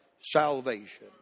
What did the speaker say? salvation